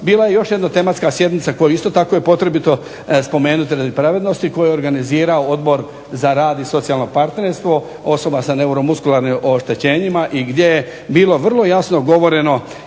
Bila je još jedna tematska sjednica koju je potrebno spomenuti radi pravednosti koju je organizirao Odbor za rad i socijalno partnerstvo osoba sa neomuskularnim oštećenjima i gdje je bilo vrlo jasno govoreno